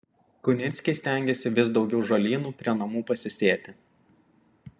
kunickiai stengiasi vis daugiau žolynų prie namų pasisėti